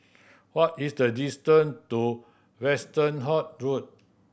what is the distance to Westerhout Road